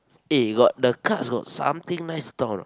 eh got the cards got something nice to talk or not